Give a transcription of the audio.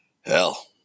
hell